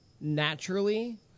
naturally